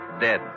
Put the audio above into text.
dead